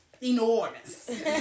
Enormous